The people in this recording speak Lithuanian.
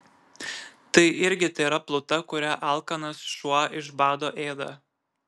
tai irgi tėra pluta kurią alkanas šuo iš bado ėda